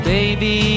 Baby